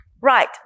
right